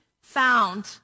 found